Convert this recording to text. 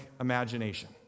imagination